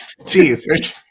Jeez